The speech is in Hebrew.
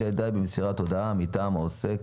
אלא די במסירת הודעה מטעם העוסק,